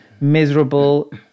miserable